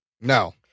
No